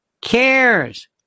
cares